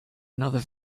another